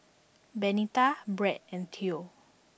Benita Bret and Theo